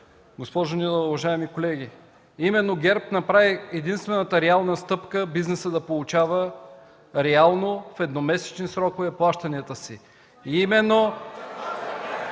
Госпожо Нинова, уважаеми колеги, именно ГЕРБ направи единствената реална стъпка бизнесът да получава реално в едномесечен срок плащанията си. (Смях,